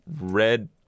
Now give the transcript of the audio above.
red